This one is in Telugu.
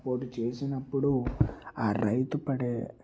సపోర్ట్ చేసినప్పుడు ఆ రైతు పడే